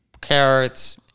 carrots